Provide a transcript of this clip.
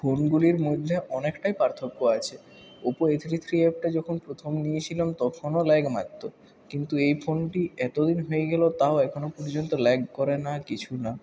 ফোনগুলির মধ্যে অনেকটাই পার্থক্য আছে ওপো এ থ্রি থ্রি এফটা যখন প্রথম নিয়েছিলাম তখনও ল্যাগ মারত কিন্তু এই ফোনটি এতদিন হয়ে গেল তাও এখনও পর্যন্ত ল্যাগ করে না কিছু না